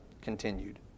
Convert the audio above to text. continued